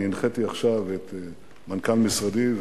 הנחיתי עכשיו את מנכ"ל משרדי,